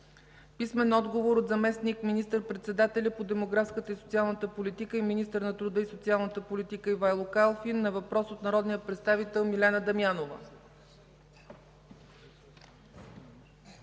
Генов; - от заместник министър-председателя по демографската и социалната политика и министър на социалната политика Ивайло Калфин на въпрос от народния представител Милена Дамянова;